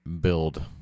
build